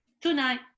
Tonight